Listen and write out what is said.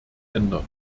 ändert